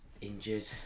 injured